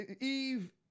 Eve